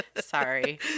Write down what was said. sorry